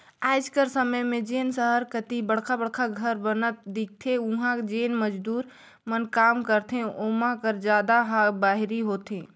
आएज कर समे में जेन सहर कती बड़खा बड़खा घर बनत दिखथें उहां जेन मजदूर मन काम करथे ओमा कर जादा ह बाहिरी होथे